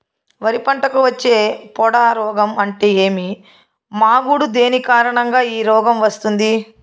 వరి పంటకు వచ్చే పొడ రోగం అంటే ఏమి? మాగుడు దేని కారణంగా ఈ రోగం వస్తుంది?